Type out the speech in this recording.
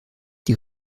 die